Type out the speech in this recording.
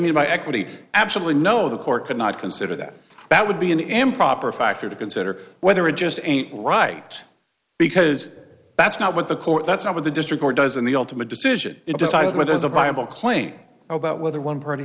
mean by equity absolutely no the court could not consider that that would be an m proper factor to consider whether it just ain't right because that's not what the court that's not what the district or doesn't the ultimate decision it just as much as a viable claim about whether one party